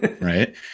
right